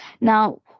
Now